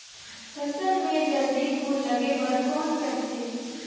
फसल मे जल्दी फूल लगे बर कौन करथे?